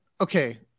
Okay